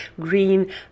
green